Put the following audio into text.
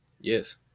yes